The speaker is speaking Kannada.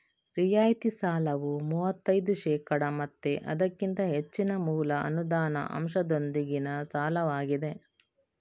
ರಿಯಾಯಿತಿ ಸಾಲವು ಮೂವತ್ತೈದು ಶೇಕಡಾ ಮತ್ತೆ ಅದಕ್ಕಿಂತ ಹೆಚ್ಚಿನ ಮೂಲ ಅನುದಾನ ಅಂಶದೊಂದಿಗಿನ ಸಾಲವಾಗಿದೆ